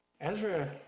Ezra